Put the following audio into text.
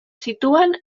situen